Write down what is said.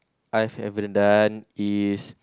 I've ever done is